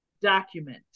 document